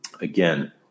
Again